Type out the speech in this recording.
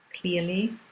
clearly